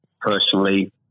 personally